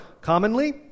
commonly